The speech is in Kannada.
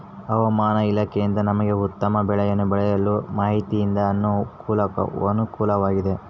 ಹವಮಾನ ಇಲಾಖೆಯಿಂದ ನಮಗೆ ಉತ್ತಮ ಬೆಳೆಯನ್ನು ಬೆಳೆಯಲು ಮಾಹಿತಿಯಿಂದ ಅನುಕೂಲವಾಗಿದೆಯೆ?